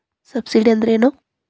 Subsidy ಅಂದ್ರೆ ಏನು?